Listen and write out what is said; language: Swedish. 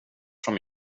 som